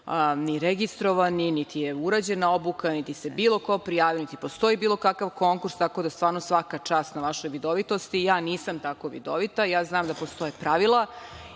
ni registrovani, niti je urađena obuka, niti se bilo ko prijavio, niti postoji bilo kakav konkurs, tako da stvarno svaka čast na vašoj vidovitosti. Ja nisam tako vidovita, ja znam da postoje pravila